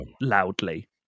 Loudly